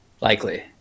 Likely